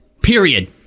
Period